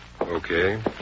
Okay